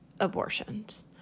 abortions